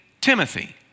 Timothy